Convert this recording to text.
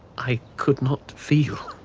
i could not feel.